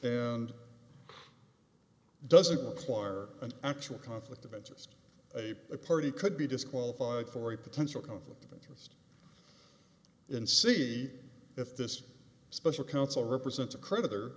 require an actual conflict of interest a party could be disqualified for a potential conflict of interest in see if this special counsel represents a creditor